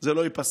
זה לא ייפסק.